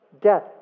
Death